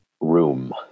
room